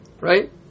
right